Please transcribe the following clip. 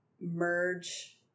merge